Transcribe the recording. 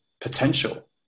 potential